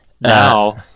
now